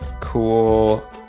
Cool